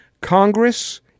Congress